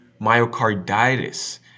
myocarditis